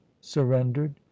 surrendered